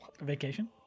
vacation